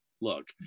look